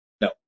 No